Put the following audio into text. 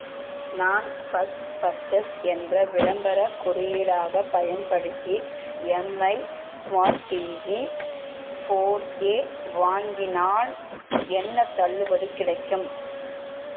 நான் first purchase என்ற விளம்பரக் குறியீடாகப் பயன்படுத்தி Mi smart TV four A வாங்கினால் என்ன தள்ளுபடி கிடைக்கும்